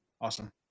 Awesome